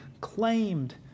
claimed